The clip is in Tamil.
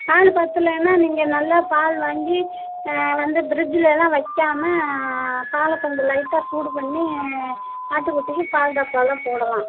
பால் பத்தலேன்னா நீங்கள் நல்லா பால் வாங்கி வந்து பிரிட்ஜுலேல்லாம் வைக்காமல் பாலை கொஞ்சம் லைட்டாக சூடு பண்ணி ஆட்டுக் குட்டிக்கு பால் டப்பாலில் போடலாம்